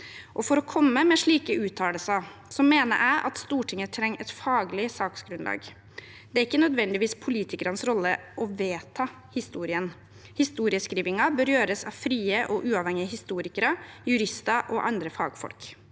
For å komme med slike uttalelser mener jeg at Stortinget trenger et faglig saksgrunnlag, det er ikke nødvendigvis politikernes rolle å vedta historien. Historieskrivingen bør gjøres av frie og uavhengige historikere, jurister og andre fagfolk,